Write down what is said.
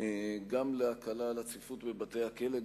גם בהקלת הצפיפות בבתי-הכלא,